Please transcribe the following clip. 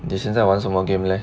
你现在玩什么 game leh